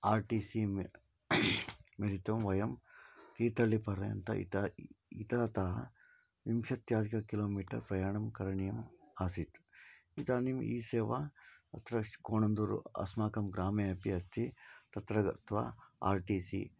R T C मेलितुं मेलितुं वयं तीतळि पर्यन्तम् इतः तत् विंशत्यधिकं किलोमीटर् प्रयाणं करणीयम् आसीत् इदानीम् ई सेवा अत्र कोणन्दूरु अस्माकं ग्रामे अपि अस्ति तत्र गत्वा आर् टि सि